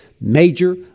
major